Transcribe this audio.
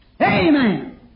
Amen